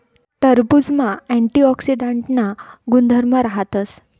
टरबुजमा अँटीऑक्सीडांटना गुणधर्म राहतस